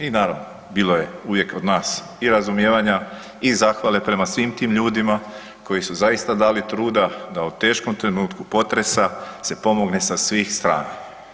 I naravno bilo je uvijek od nas i razumijevanja i zahvale prema svim tim ljudima koji su zaista dali truda da u teškom trenutku potresa se pomogne sa svih strana.